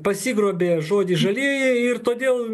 pasigrobė žodį žalieji ir todėl